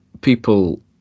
people